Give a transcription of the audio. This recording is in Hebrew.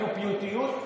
אפילו בפיוטיות,